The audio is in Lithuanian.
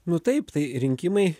nu taip tai rinkimai